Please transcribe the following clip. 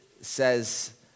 says